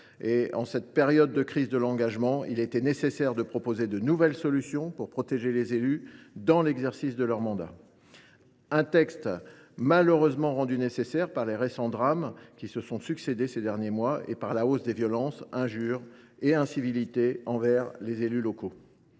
En cette période de crise de l’engagement, il était nécessaire de proposer de nouvelles solutions pour protéger les élus dans l’exercice de leur mandat. Ce texte a été malheureusement rendu nécessaire par les récents drames qui se sont succédé ces derniers mois et la hausse des violences, injures et incivilités envers les élus locaux.